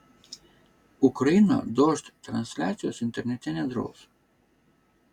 ukraina dožd transliacijos internete nedraus